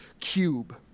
Cube